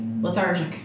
lethargic